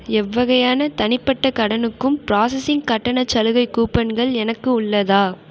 எவ்வகையான தனிப்பட்ட கடனுக்கும் பிராசஸிங் கட்டணச் சலுகைக் கூப்பன்கள் எனக்கு உள்ளதா